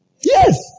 Yes